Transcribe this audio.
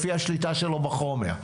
לפי השליטה שלו בחומר,